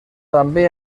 també